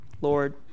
Lord